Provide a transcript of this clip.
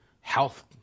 Health